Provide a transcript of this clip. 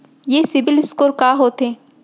ये CIBIL score का होथे?